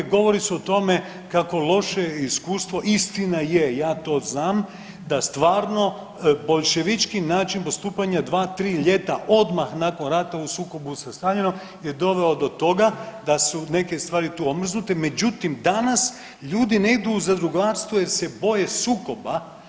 Govori se o tome kako loše iskustvo istina je ja to znam da stvarno boljševički način postupanja 2, 3 ljeta odmah nakon rata u sukobu sa Staljinom je doveo do toga da su neke stvari tu omrznute, međutim danas ljudi ne idu u zadrugarstvo jer se boje sukoba.